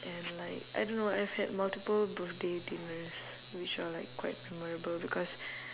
and like I don't know I've had multiple birthday dinners which are like quite memorable because